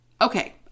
okay